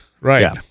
right